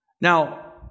Now